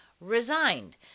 resigned